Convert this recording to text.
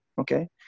okay